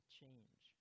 change